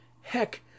Heck